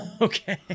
Okay